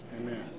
Amen